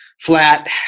flat